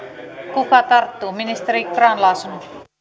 kuka tarttuu ministeri grahn laasonen